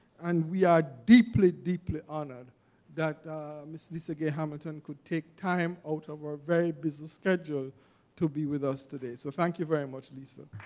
and we are deeply, deeply honored that miss lisa gay hamilton could take time out of her very busy schedule to be with us today. so thank you very much, lisa.